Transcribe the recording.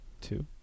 Two